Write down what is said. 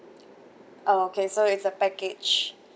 oh okay so it's a package